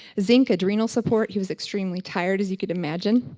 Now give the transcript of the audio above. zinc, adrenal support, he was extremely tired as you could imagine.